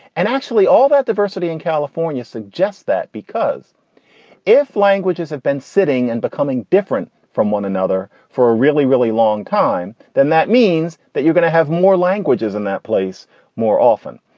and actually all that diversity in california suggests that because if languages have been sitting and becoming different from one another for a really, really long time, then that means that you're going to have more languages in that place more often.